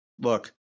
Look